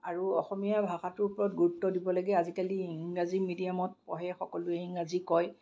আৰু অসমীয়া ভাষাটোৰ ওপৰত গুৰুত্ব দিব লাগে আজিকালি ইংৰাজী মিডিয়ামত পঢ়ে সকলোৱে ইংৰাজী কয়